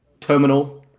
Terminal